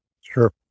Sure